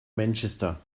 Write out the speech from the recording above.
manchester